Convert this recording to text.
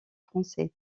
français